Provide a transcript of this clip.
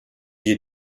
wir